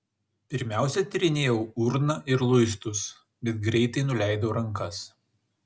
pirmiausia tyrinėjau urną ir luistus bet greitai nuleidau rankas